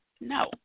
no